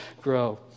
grow